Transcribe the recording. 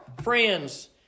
friends